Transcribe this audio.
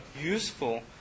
useful